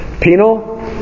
Penal